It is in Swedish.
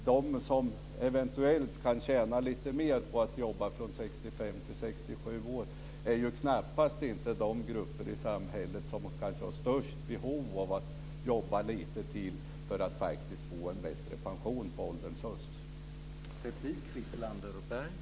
De som eventuellt kan tjäna lite mer på att jobba från 65 till 67 år är ju knappast de grupper i samhället som har störst behov av att jobba lite till för att faktiskt få en bättre pension på ålderns höst.